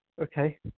Okay